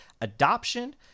adoption